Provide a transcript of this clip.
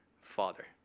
Father